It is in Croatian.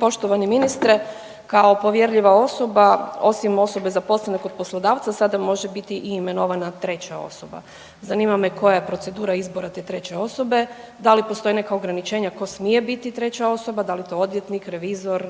Poštovani ministre, kao povjerljiva osoba osim osobe zaposlene kod poslodavca sada može biti imenovana i treća osoba. Zanima me koja je procedura izbora te treće osobe, da li postoje neka ograničenja tko smije biti treća osoba, da li je to odvjetnik, revizor,